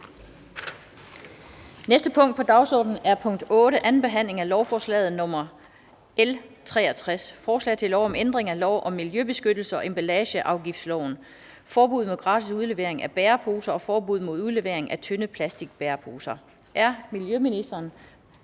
næste punkt på dagsordenen er: 8) 2. behandling af lovforslag nr. L 63: Forslag til lov om ændring af lov om miljøbeskyttelse og emballageafgiftsloven. (Forbud mod gratis udlevering af bæreposer og forbud mod udlevering af tynde plastikbæreposer). Af miljøministeren